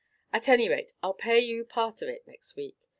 at any rate, i'll pay you part of it next week,